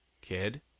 kid